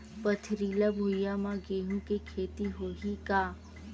पथरिला भुइयां म गेहूं के खेती होही का?